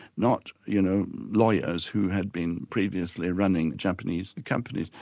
not, you know, lawyers, who had been previously running japanese companies,